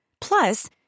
Plus